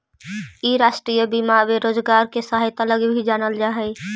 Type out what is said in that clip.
इ राष्ट्रीय बीमा बेरोजगार के सहायता लगी भी जानल जा हई